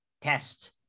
test